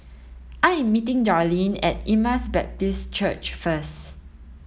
I am meeting Darleen at Emmaus Baptist Church first